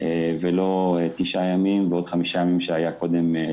ולא תשעה ימים ועוד חמישה ימים כפי שהיה קודם.